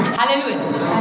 hallelujah